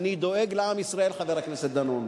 אני דואג לעם ישראל, חבר הכנסת דנון.